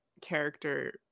character